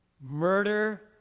murder